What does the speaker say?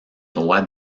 droits